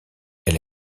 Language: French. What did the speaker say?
elle